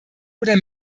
oder